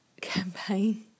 campaign